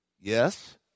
Yes